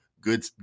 Good